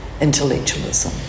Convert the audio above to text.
intellectualism